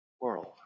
world